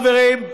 חברים,